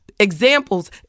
examples